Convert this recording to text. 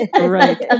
right